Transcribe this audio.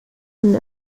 sind